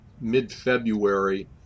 mid-February